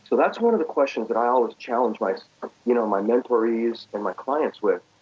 so that's one of the questions that i always challenge my you know my mentorees and my clients with.